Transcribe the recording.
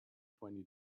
twenty